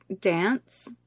dance